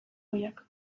ohiak